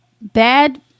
bad